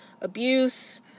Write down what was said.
abuse